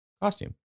costume